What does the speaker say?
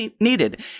needed